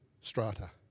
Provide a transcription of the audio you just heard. strata